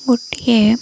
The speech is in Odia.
ଗୋଟିଏ